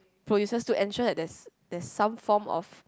producers to ensure that there's there's some form of